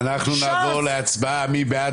נצביע על הסתייגות 250. מי בעד?